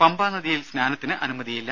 പമ്പാ നദിയിൽ സ്നാനത്തിന് അനുമതിയില്ല